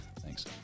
thanks